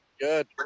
Good